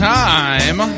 time